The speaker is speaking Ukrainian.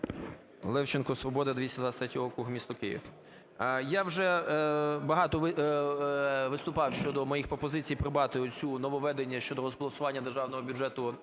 Левченко, "Свобода", 223 округ місто Київ. Я вже багато виступав щодо моїх пропозицій прибрати оце нововведення щодо розбалансування державного бюджету: